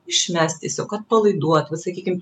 išmest tiesiog atpalaiduot va sakykim